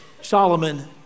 Solomon